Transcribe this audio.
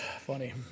Funny